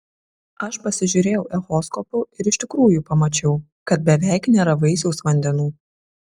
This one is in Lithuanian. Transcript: aš pasižiūrėjau echoskopu ir iš tikrųjų pamačiau kad beveik nėra vaisiaus vandenų